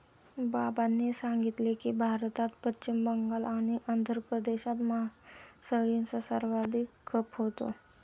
बाबांनी सांगितले की, भारतात पश्चिम बंगाल आणि आंध्र प्रदेशात मासळीचा सर्वाधिक खप होतो